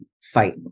fight